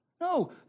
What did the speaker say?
No